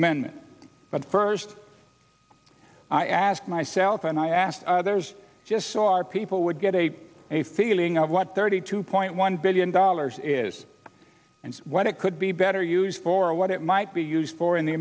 amendment but first i ask myself and i ask there's just so our people would get a a feeling of what thirty two point one billion dollars is and what it could be better used for what it might be used for in the